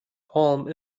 palm